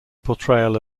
portrayal